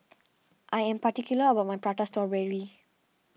I am particular about my Prata Strawberry